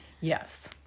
Yes